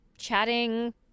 chatting